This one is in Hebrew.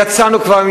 יצאנו כבר,